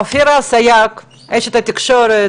אופירה אסייג, אשת התקשורת